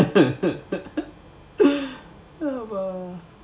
!wow!